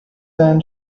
then